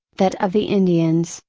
that of the indians,